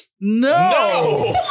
No